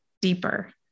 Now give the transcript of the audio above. deeper